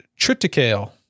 triticale